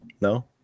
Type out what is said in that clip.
No